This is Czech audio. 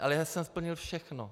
Ale já jsem splnil všechno.